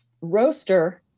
roaster